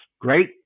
great